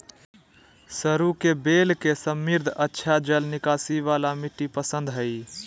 सरू के बेल के समृद्ध, अच्छा जल निकासी वाला मिट्टी पसंद हइ